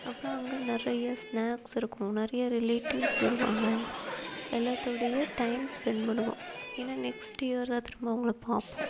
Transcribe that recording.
அப்புறோம் அங்கே நிறைய ஸ்னாக்ஸ் இருக்கும் நிறைய ரிலேட்டிவ்ஸ் வருவாங்க எல்லாத்தோடையே டைம் ஸ்பென்ட் பண்ணுவோம் ஏனால் நெக்ஸ்ட் இயர் தான் திரும்ப அவங்கள பார்ப்போம்